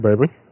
baby